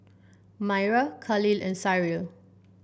Myra Khalil and Cyril